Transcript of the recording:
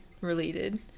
related